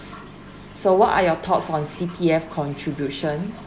so what are your thoughts on C_P_F contribution